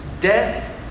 death